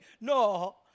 No